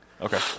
Okay